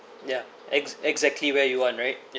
ya ex~ exactly where you want right